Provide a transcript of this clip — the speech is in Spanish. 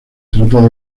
trata